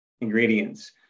ingredients